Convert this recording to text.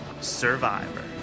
Survivor